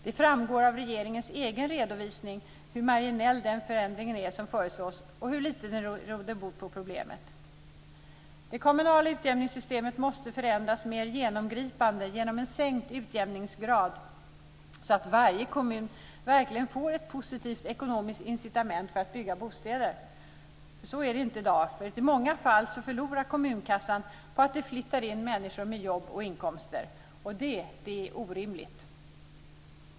Det framgår av regeringens egen redovisning hur marginell den förändring är som föreslås och hur lite den råder bot på problemet. Det kommunala utjämningssystemet måste förändras mer genomgripande genom en sänkt utjämningsgrad så att varje kommun verkligen får ett positivt ekonomiskt incitament att bygga bostäder. Så är det inte i dag. I många fall förlorar kommunkassan på att det flyttar in människor med jobb och inkomster. Detta är orimligt!